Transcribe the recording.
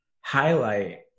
highlight